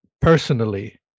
personally